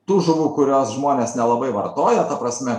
tų žuvų kuriuos žmonės nelabai vartoja ta prasme